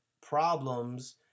problems